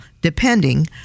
depending